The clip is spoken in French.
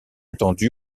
étendue